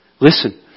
Listen